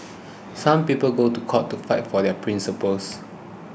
some people go to court to fight for their principles